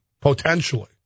potentially